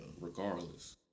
Regardless